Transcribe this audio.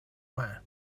mar